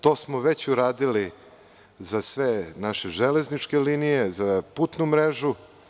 To smo već uradili za sve naše železničke linije, za putnu mrežu.